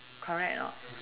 correct a not